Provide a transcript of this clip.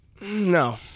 No